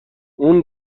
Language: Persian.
اون